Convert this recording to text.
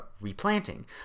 replanting